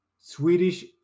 Swedish